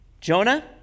Jonah